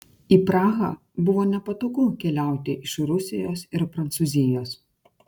į prahą buvo nepatogu keliauti iš rusijos ir prancūzijos